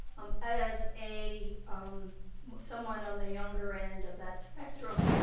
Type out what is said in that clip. um, as a, um someone on the younger end of that spectrum,